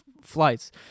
flights